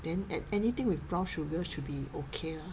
then add anything with brown sugar should be okay lah